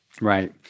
right